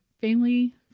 family